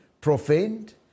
profaned